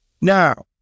Now